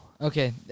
Okay